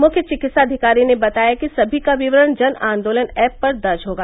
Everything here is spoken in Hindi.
मुख्य चिकित्साधिकारी ने बताया कि सभी का विवरण जन आंदोलन एप पर दर्ज होगा